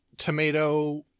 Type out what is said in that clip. Tomato